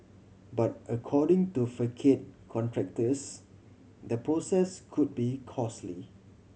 but according to facade contractors the process could be costly